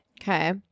Okay